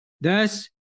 Thus